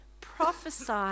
prophesy